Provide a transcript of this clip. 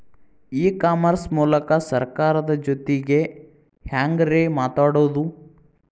E commerce ಮೂಲಕ ಸರ್ಕಾರದ ಜೊತಿಗೆ ಹ್ಯಾಂಗ್ ರೇ ಮಾತಾಡೋದು?